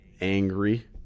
angry